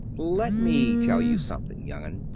let me tell you something, young un.